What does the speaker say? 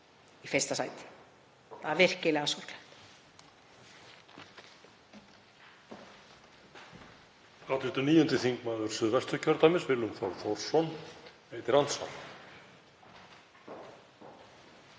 í fyrsta sæti, það er virkilega sorglegt.